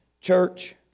Church